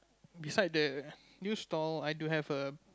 beside that new stall I do have a